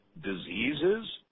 diseases